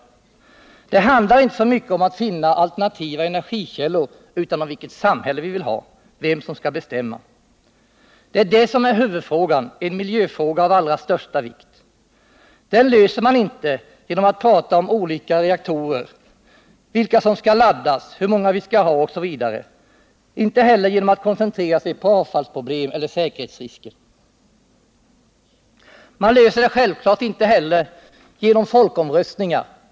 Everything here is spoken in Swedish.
Men det handlar inte så mycket om att finna alternativa energikällor som om vilket samhälle vi vill ha och vem som skall bestämma. Det är det som är huvudfrågan, en miljöfråga av allra största vikt. Det problemet löser man inte genom att prata om olika slag av reaktorer, vilka som skall laddas, hur många vi skall ha osv. Inte heller gör man det genom att bara koncentrera sig på avfallsproblem eller säkerhetsrisker. Man kan självfallet inte heller lösa det genom folkomröstningar.